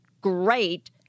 great